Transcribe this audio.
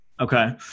Okay